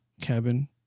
Cabin